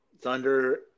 Thunder